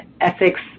ethics